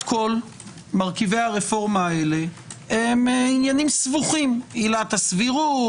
כל מרכיבי הרפורמה האלה הם עניינים סבוכים: עילת הסבירות,